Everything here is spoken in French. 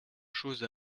chose